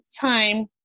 time